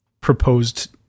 proposed